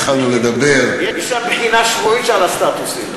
התחלנו לדבר" יש שם בחינה שבועית על הסטטוסים.